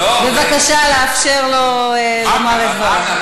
בבקשה לאפשר לו לומר את דבריו.